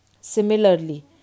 Similarly